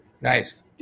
Nice